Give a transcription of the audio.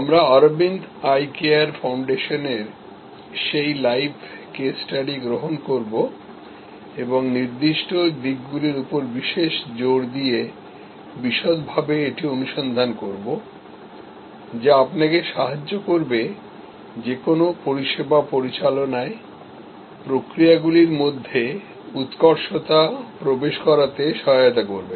আমরা Aravind eye care ফাউন্ডেশনের সেই লাইভ কেস স্টাডি গ্রহণ করব এবং নির্দিষ্ট দিকগুলির উপর বিশেষ জোর দিয়ে বিশদভাবে এটি অনুসন্ধান করব যা আপনাকে সাহায্য করবে যে কোনো পরিষেবা পরিচালনায় প্রক্রিয়াগুলিরমধ্যে শ্রেষ্ঠত্ব অর্জন করতে